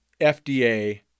FDA